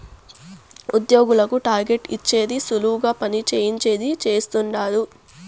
ఉద్యోగులకు టార్గెట్ ఇచ్చేది సులువుగా పని చేయించేది చేస్తండారు